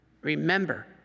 remember